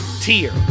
tier